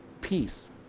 peace